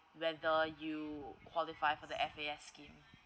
whether you qualify for the F_A_S scheme